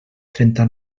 trenta